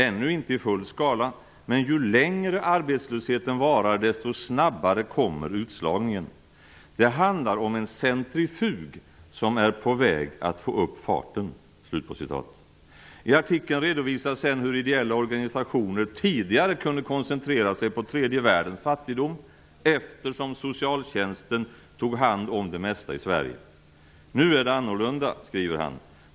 Ännu inte i full skala men ju längre arbetslösheten varar desto snabbare kommer utslagningen. Det handlar om en centrifug som är på väg att få upp farten." I artikeln redovisas sedan hur ideella organisationer tidigare kunde koncentrera sig på tredje världens fattigdom eftersom socialtjänsten tog hand om det mesta i Sverige. Nu är det annorlunda, skriver han.